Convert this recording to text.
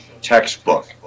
textbook